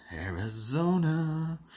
Arizona